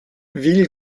ville